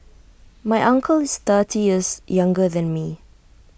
my uncle is thirty years younger than me